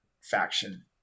faction